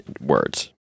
words